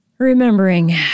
remembering